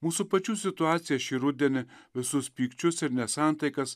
mūsų pačių situacija šį rudenį visus pykčius ir nesantaikas